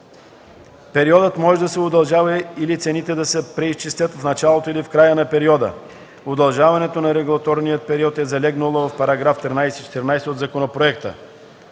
Периодът може да се удължава или цените да се преизчислят в началото или в края на периода. Удължаването на регулаторния период е залегнало в § 13 и § 14 от законопроекта.